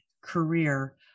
career